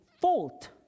fault